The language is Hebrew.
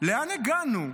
לאן הגענו?